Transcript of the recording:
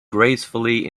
gracefully